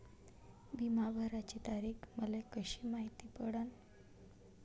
बिमा भराची तारीख मले कशी मायती पडन?